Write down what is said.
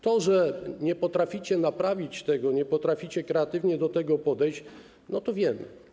To, że nie potraficie naprawić tego, nie potraficie kreatywnie do tego podejść, to wiemy.